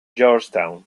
georgetown